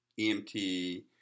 EMT